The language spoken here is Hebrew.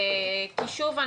כי שוב,